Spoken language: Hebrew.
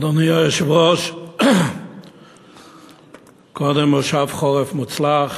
אדוני היושב-ראש, קודם כול כנס חורף מוצלח,